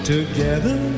Together